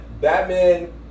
Batman